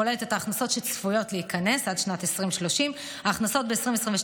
והיא כוללת את ההכנסות שצפויות להיכנס עד שנת 2030. ההכנסות ב-2022,